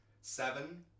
seven